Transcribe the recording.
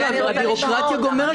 הבירוקרטיה גומרת אותנו.